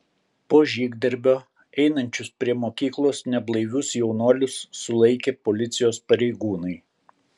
po žygdarbio einančius prie mokyklos neblaivius jaunuolius sulaikė policijos pareigūnai